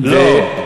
לא.